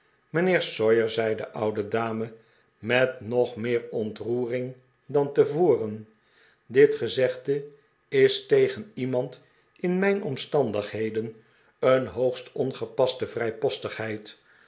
sawyer zei de oude dame met nog meer ontroering dan tevoren dit gezegde is tegen iemand in mijn omstaridighedcn een hoogst ongepaste